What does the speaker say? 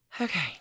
Okay